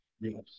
Yes